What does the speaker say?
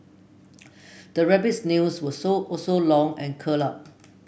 the rabbit's nails were so also long and curled up